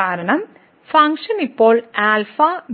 കാരണം ഫംഗ്ഷൻ ഇപ്പോൾ α